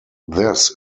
this